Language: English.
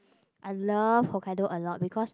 I love Hokkaido a lot because